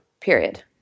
period